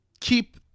keep